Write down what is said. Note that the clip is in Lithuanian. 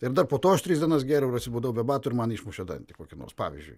ir dar po to aš tris dienas gėriau ir atsibudau be batų ir man išmušė dantį kokį nors pavyzdžiui